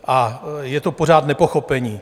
A je to pořád nepochopení.